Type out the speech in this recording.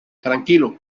tranquilo